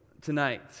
tonight